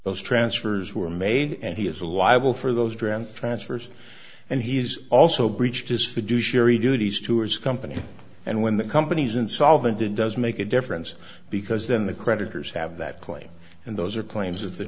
those transfers were made and he has a liable for those drawn transfers and he's also breached his fiduciary duties to his company and when the company's insolvent it does make a difference because then the creditors have that claim and those are claims of the